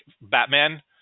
Batman